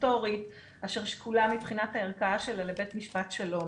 סטטוטורית אשר שקולה מבחינת הערכאה שלה לבית משפט שלום.